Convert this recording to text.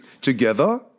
together